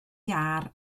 iâr